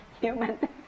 human